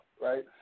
right